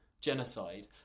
genocide